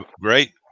great